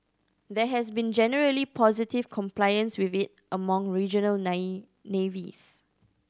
there has been generally positive compliance with it among regional navies